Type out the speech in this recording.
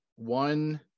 One